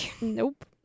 Nope